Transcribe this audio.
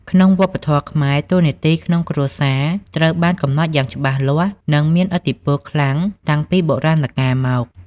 ក្នុងវប្បធម៌ខ្មែរ តួនាទីក្នុងគ្រួសារត្រូវបានកំណត់យ៉ាងច្បាស់លាស់ និងមានឥទ្ធិពលខ្លាំងតាំងពីបុរាណកាលមក។